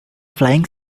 flying